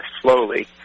slowly